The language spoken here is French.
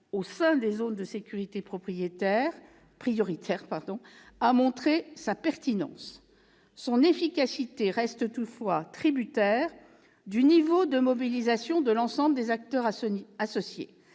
au sein des zones de sécurité prioritaires, a montré sa pertinence. Son efficacité reste toutefois tributaire du niveau de mobilisation de l'ensemble des acteurs associés.